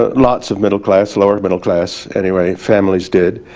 ah lots of middle class, lower middle class anyway, families did.